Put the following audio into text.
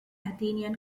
athenian